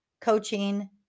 coaching